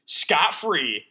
scot-free